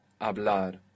hablar